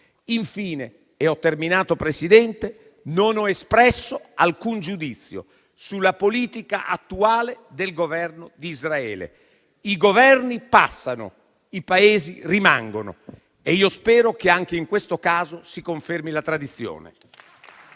Infine - e ho terminato, Presidente - non ho espresso alcun giudizio sulla politica attuale del Governo d'Israele. I Governi passano, i Paesi rimangono e io spero che anche in questo caso si confermi la tradizione.